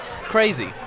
crazy